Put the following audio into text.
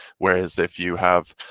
whereas if you have